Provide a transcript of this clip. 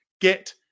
Get